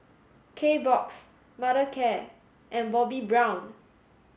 Kbox Mothercare and Bobbi Brown